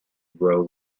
grow